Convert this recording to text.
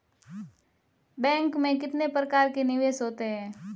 Bank में कितने प्रकार के निवेश होते हैं?